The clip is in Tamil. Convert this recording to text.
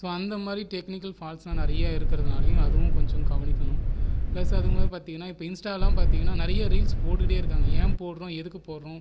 ஸோ அந்த மாதிரி டெக்னிக்கல் ஃபால்ட்ஸெல்லாம் நிறைய இருக்கிறதுனாலயும் அதுவும் கொஞ்சம் கவனிக்கணும் ப்ளஸ் அதுவுமே பார்த்தீங்கனா இப்போ இன்ஸ்டாவெல்லாம் பார்த்தீங்கனா நிறைய ரீல்ஸ் போட்டுகிட்டே இருக்காங்க ஏன் போடுறோம் எதுக்கு போடுறோம்